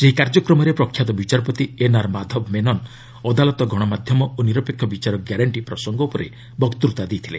ସେହି କାର୍ଯ୍ୟକ୍ରମରେ ପ୍ରଖ୍ୟାତ ବିଚାରପତି ଏନ୍ଆର୍ ମାଧବ ମେନନ୍ ଅଦାଲତ ଗଣମାଧ୍ୟମ ଓ ନିରପେକ୍ଷ ବିଚାର ଗ୍ୟାରେଣ୍ଟି ପ୍ରସଙ୍ଗ ଉପରେ ବକ୍ତତା ଦେଇଥିଲେ